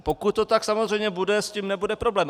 Pokud to tak samozřejmě bude, s tím nebude problém.